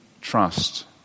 trust